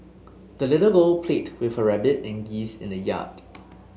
the little girl played with her rabbit and geese in the yard